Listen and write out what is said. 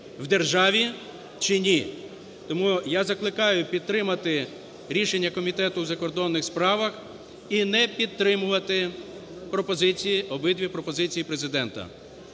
в державі, чи ні. Тому я закликаю підтримати рішення Комітету у закордонних справах і не підтримувати пропозиції, обидві пропозиції Президента.